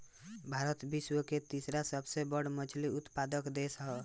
भारत विश्व के तीसरा सबसे बड़ मछली उत्पादक देश ह